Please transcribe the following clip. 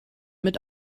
mit